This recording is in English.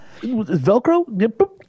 Velcro